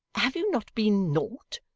have you not been naught?